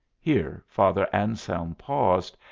here father anselm paused,